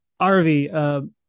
Arvi